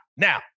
Now